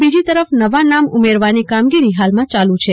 બીજી તરફ નવા નામ ઉમેરવાની કામગીરી હાલમાં ચાલુ છે